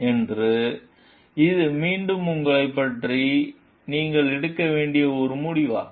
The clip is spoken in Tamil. எனவே இது மீண்டும் உங்களைப் பற்றி நீங்கள் எடுக்க வேண்டிய ஒரு முடிவாகும்